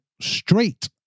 straight